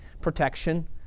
protection